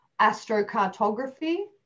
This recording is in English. astrocartography